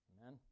Amen